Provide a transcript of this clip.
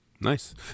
nice